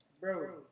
Bro